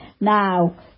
Now